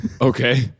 okay